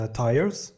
tires